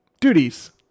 Duties